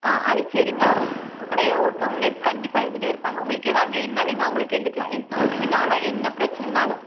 ஆ அது சரிங்க உங்கள் கூட ஒருத்தங்க கண்டிப்பாக இருந்துகிட்டே இருப்பாங்க உங்களுக்கு எதாவது வேணுன்னால் நீங்கள் அவங்கள கேட்டுக்கலாம் எந்த உதவினாலும் என்ன பிரச்சனைனாலும்